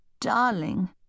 Darling